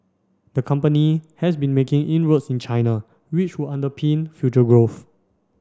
the company has been making inroads in China which would underpin future growth